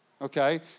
okay